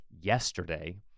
yesterday